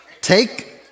take